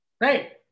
Great